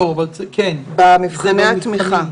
במבחני התמיכה.